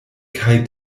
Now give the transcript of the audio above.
kaj